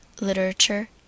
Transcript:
literature